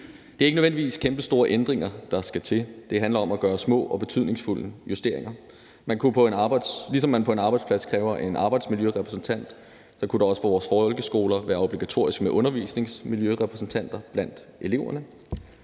Det er ikke nødvendigvis kæmpestore ændringer, der skal til, men det handler om at gøre små og betydningsfulde justeringer. Ligesom man på en arbejdsplads kræver en arbejdsmiljørepræsentant, kunne det også på vores folkeskoler være obligatorisk med undervisningsmiljørepræsentanter blandt eleverne.